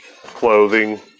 clothing